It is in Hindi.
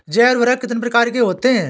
जैव उर्वरक कितनी प्रकार के होते हैं?